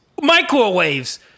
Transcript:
Microwaves